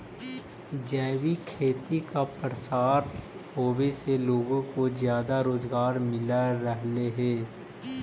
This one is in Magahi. जैविक खेती का प्रसार होवे से लोगों को ज्यादा रोजगार मिल रहलई हे